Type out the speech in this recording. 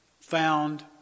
found